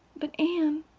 but, anne,